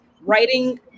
writing